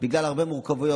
בגלל הרבה מורכבויות.